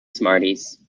smarties